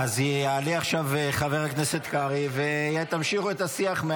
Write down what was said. אז יעלה עכשיו חבר הכנסת קרעי, ותמשיכו את השיח.